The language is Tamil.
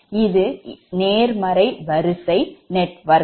இது நேர்மறை வரிசை நெட்வொர்க்